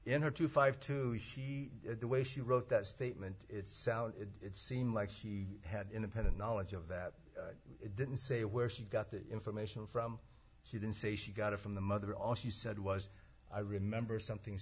in her two five to see the way she wrote that statement it sounded it seemed like she had independent knowledge of that it didn't say where she got that information from she didn't say she got it from the mother all she said was i remember something